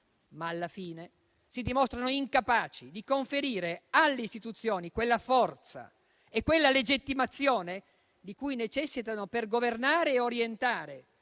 alla fine, si dimostrano incapaci di conferire alle istituzioni quella forza e quella legittimazione di cui necessitano per governare e orientare